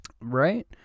Right